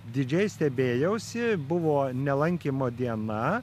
didžiai stebėjausi buvo ne lankymo diena